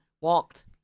walked